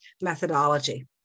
methodology